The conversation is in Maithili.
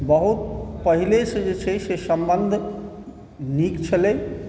बहुत पहिलेसँ जे छै से सम्बन्ध नीक छलै